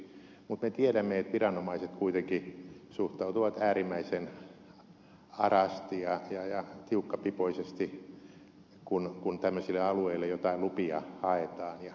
mutta me tiedämme että viranomaiset kuitenkin suhtautuvat äärimmäisen arasti ja tiukkapipoisesti kun tämmöisille alueille joitain lupia haetaan